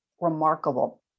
remarkable